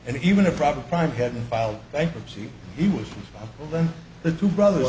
and even a proper crime hadn't filed bankruptcy he was then the two brothers